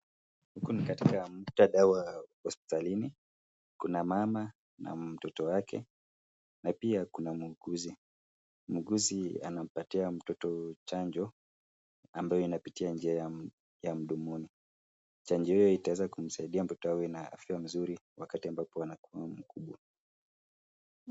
Ni katika mukthadha wa hospitalini Kuna mama na mtoto wake na pia Kuna muguuzi. muguuzi anampatia mtoto chanjo amabaye inapitia njia ya mdomoni .chanjo hiyo itamsaidia mtoto awe na Afya nzuri akiwa mkubwa